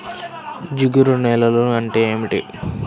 జిగురు నేలలు అంటే ఏమిటీ?